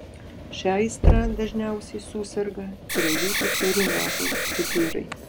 šia aistra dažniausiai suserga trejų ketverių metų pipirai